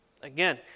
Again